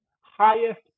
highest